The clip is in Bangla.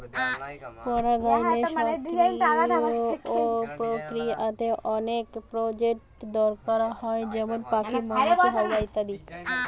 পরাগায়নের সক্রিয় প্রক্রিয়াতে অনেক এজেন্ট দরকার হয় যেমন পাখি, মৌমাছি, হাওয়া ইত্যাদি